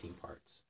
parts